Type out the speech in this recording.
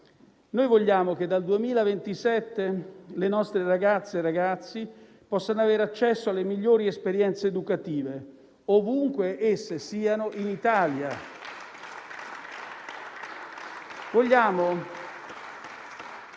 Noi vogliamo che dal 2027 le nostre ragazze e ragazzi possano avere accesso alle migliori esperienze educative, ovunque esse siano in Italia.